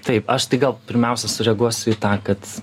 taip aš tai gal pirmiausia sureaguosiu į tą kad